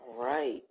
Right